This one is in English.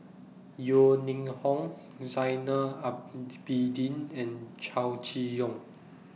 Yeo Ning Hong Zainal and Chow Chee Yong